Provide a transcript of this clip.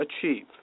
achieve